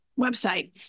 website